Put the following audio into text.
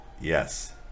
Yes